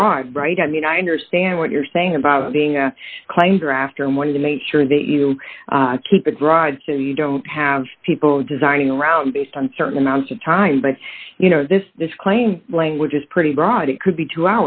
broad bright i mean i understand what you're saying about it being a claim grafter a way to make sure that you keep the drive so you don't have people designing around based on certain amounts of time but you know this this claim language is pretty broad it could be two